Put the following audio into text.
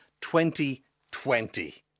2020